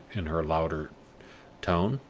in her louder tone.